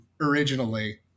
originally